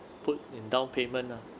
put in down payment ah